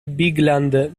bigland